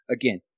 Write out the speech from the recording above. again